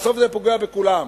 בסוף זה פוגע בכולם.